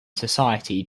society